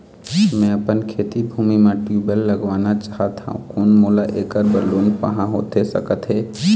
मैं अपन खेती भूमि म ट्यूबवेल लगवाना चाहत हाव, कोन मोला ऐकर बर लोन पाहां होथे सकत हे?